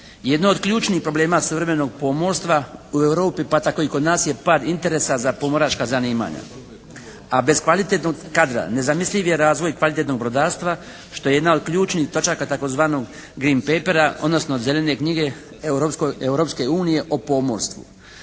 jedno od ključnih problema suvremenog pomorstva u Europi, pa tako i kod nas je pad interesa za pomoračka zanimanja, a bez kvalitetnog kadra nezamisliv je razvoj kvalitetnog brodarstva što je jedna od ključnih točaka tzv. “green papera“, odnosno Zelene knjige Europske unije o pomorstvu.